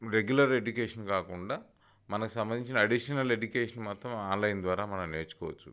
regular education కాకుండా మనకు సంబంధించిన అడిషనల్ ఎడ్యుకేషన్ మొత్తం ఆన్లైన్ ద్వారా మనం నేర్చుకోవచ్చు